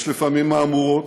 יש לפעמים מהמורות,